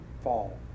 fall